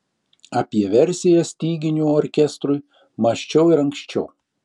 apie versiją styginių orkestrui mąsčiau ir anksčiau